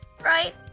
right